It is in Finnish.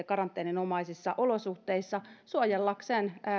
karanteeninomaisissa olosuhteissa suojellakseen